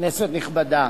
כנסת נכבדה,